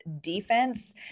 defense